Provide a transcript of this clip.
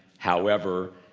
however,